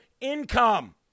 income